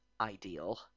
ideal